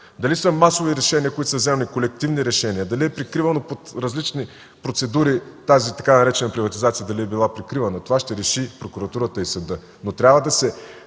Дали са масови решения, които са вземани, колективни решения, дали е прикривана под различни процедури тази така наречена „приватизация”, това ще решат прокуратурата и съдът, но трябва да се